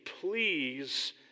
please